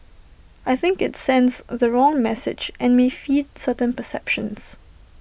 I think IT sends the wrong message and may feed certain perceptions